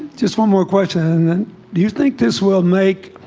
just one more question and then do you think this will make?